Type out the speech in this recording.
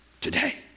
today